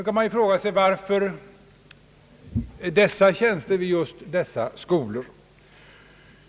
Man kan fråga: Varför dessa tjänster vid just dessa skolor?